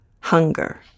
hunger